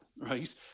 right